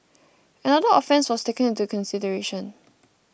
another offence was taken into consideration